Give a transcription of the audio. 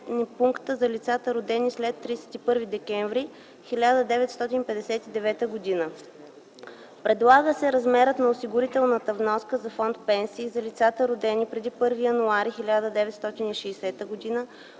за лицата, родени след 31 декември 1959 г. Предлага се размерът на осигурителната вноска за Фонд „Пенсии” за лицата, родени преди 1 януари 1960 г.